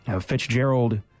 Fitzgerald –